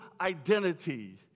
identity